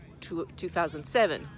2007